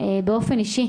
באופן אישי,